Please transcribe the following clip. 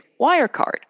Wirecard